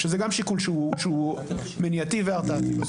כשזה גם שיקול מניעתי והרתעתי.